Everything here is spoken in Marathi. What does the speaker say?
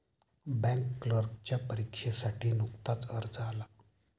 बँक क्लर्कच्या परीक्षेसाठी नुकताच अर्ज आला